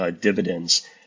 dividends